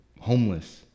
homeless